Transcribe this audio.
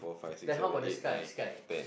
then how about the sky sky